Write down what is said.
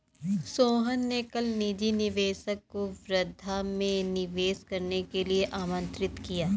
सोहन ने कल निजी निवेशक को वर्धा में निवेश करने के लिए आमंत्रित किया